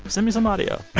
send me some audio.